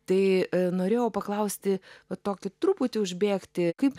tai norėjau paklausti va tokį truputį užbėgti kaip